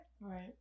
right